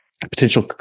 potential